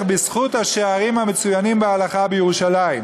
בזכות השערים המצוינים בהלכה בירושלים.